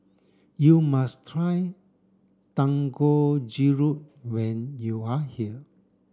you must try Dangojiru when you are here